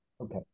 Okay